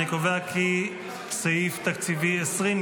אני קובע כי סעיף תקציבי 20,